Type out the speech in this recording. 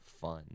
fun